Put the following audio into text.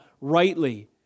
rightly